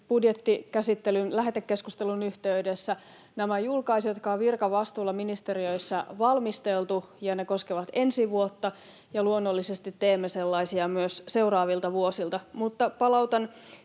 budjettikäsittelyn lähetekeskustelun yhteydessä nämä julkaisi, ne on virkavastuulla ministeriöissä valmisteltu, ne koskevat ensi vuotta ja luonnollisesti teemme sellaisia myös seuraavilta vuosilta. Mutta palautan